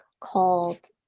called